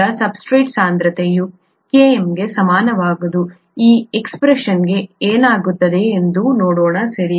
ಈಗ ಸಬ್ಸ್ಟ್ರೇಟ್ ಸಾಂದ್ರತೆಯು Km ಗೆ ಸಮಾನವಾದಾಗ ಈ ಎಕ್ಸ್ಪ್ರೆಷನ್ಗೆ ಏನಾಗುತ್ತದೆ ಎಂದು ನೋಡೋಣ ಸರಿ